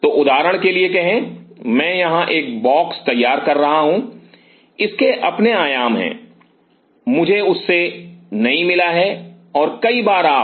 तो उदाहरण के लिए कहें मैं यहां एक बॉक्स तैयार कर रहा हूं इसके अपने आयाम हैं मुझे उससे नहीं मिला है और कई बार आप